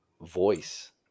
voice